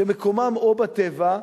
שמקומם או בטבע,